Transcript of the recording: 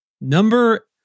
Number